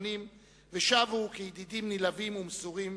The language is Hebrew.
מגוונים ושבו כידידים נלהבים ומסורים